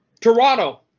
Toronto